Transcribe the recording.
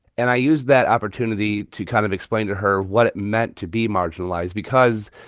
and i used that opportunity to kind of explain to her what it meant to be marginalized because,